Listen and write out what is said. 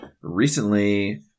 recently